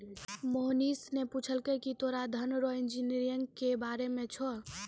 मोहनीश ने पूछलकै की तोरा धन रो इंजीनियरिंग के बारे मे छौं?